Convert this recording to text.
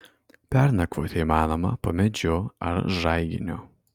pernakvoti įmanoma po medžiu ar žaiginiu